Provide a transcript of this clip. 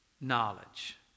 knowledge